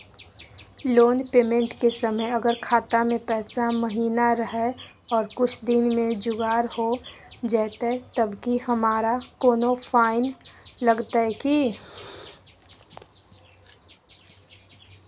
Loan payment के समय अगर खाता में पैसा महिना रहै और कुछ दिन में जुगाड़ हो जयतय तब की हमारा कोनो फाइन लगतय की?